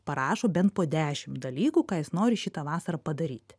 parašo bent po dešim dalykų ką jis nori šitą vasarą padaryt